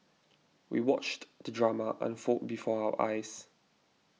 we watched the drama unfold before our eyes